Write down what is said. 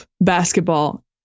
basketball